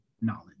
knowledge